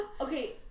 Okay